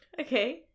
Okay